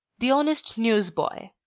the honest newsboy